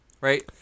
right